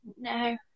No